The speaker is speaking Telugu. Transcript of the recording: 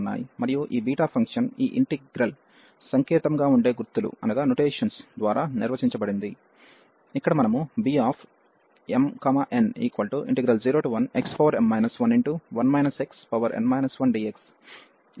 మరియు ఈ బీటా ఫంక్షన్ ఈ ఇంటిగ్రల్ సంకేతముగా ఉండే గుర్తుల ల ద్వారా నిర్వచించబడింది ఇక్కడ మనము Bmn01xm 11 xn 1dx ఇక్కడ ఈ m0n0